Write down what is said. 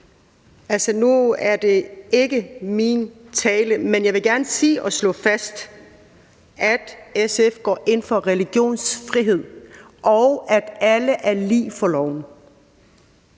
Nu er det ikke min tale, men jeg vil gerne slå fast og sige, at SF går ind for religionsfrihed, og at alle er lige for loven.